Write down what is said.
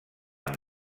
amb